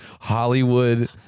Hollywood